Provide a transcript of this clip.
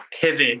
pivot